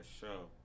show